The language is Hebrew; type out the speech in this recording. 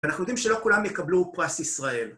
אנחנו יודעים שלא כולם יקבלו פרס ישראל.